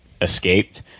escaped